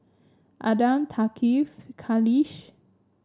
Adam Thaqif Khalish